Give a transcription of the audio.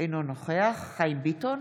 אינו נוכח חיים ביטון,